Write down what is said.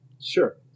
Sure